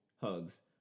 hugs